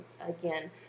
again